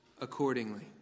accordingly